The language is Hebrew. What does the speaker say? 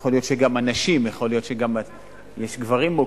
יכול להיות שגם הנשים, יש גברים מוכים,